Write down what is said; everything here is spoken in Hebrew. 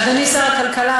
אדוני שר הכלכלה,